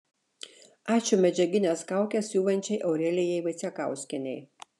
ačiū medžiagines kaukes siuvančiai aurelijai vaicekauskienei